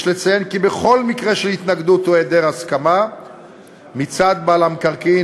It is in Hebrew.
יש לציין כי בכל מקרה של התנגדות או היעדר הסכמה מצד בעל המקרקעין